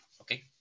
okay